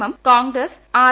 M Congress R